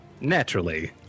Naturally